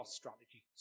strategy